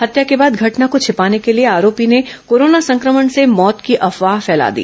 हत्या के बाद घटना को छिपाने के लिए आरोपी ने कोरोना संक्रमण से मौत की अफवाह फैला दी